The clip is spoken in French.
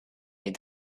est